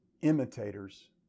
imitators